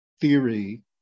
theory